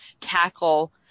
tackle